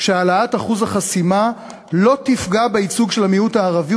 שהעלאת אחוז החסימה לא תפגע בייצוג של המיעוט הערבי,